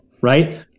right